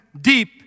deep